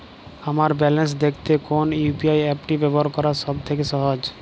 আমার ব্যালান্স দেখতে কোন ইউ.পি.আই অ্যাপটি ব্যবহার করা সব থেকে সহজ?